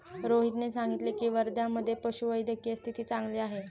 रोहितने सांगितले की, वर्ध्यामधे पशुवैद्यकीय स्थिती चांगली आहे